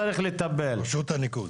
רשות הניקוז.